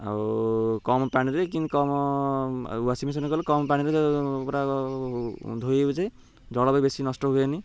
ଆଉ କମ୍ ପାଣିରେ କି କମ୍ ୱାସିଂ ମେସିନ୍ ଗଲେ କମ୍ ପାଣିରେ ପୁରା ଧୋଇ ହେଉଛେ ଜଳ ବି ବେଶୀ ନଷ୍ଟ ହୁଏନି